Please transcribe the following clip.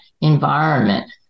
environment